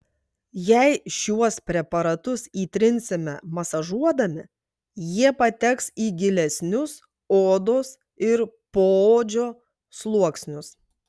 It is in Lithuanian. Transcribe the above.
jei šiuos preparatus įtrinsime masažuodami jie pateks į gilesnius odos ir poodžio sluoksnius